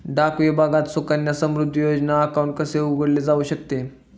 डाक विभागात सुकन्या समृद्धी योजना अकाउंट उघडले जाऊ शकते का?